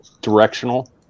directional